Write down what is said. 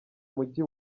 mujyi